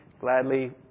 gladly